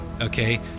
Okay